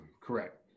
correct